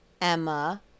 Emma